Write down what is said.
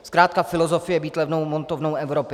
Zkrátka filozofie být levnou montovnou Evropy.